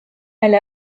elle